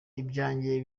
ibyanjye